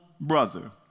brother